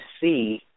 see